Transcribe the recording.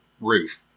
roof